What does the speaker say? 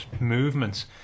movements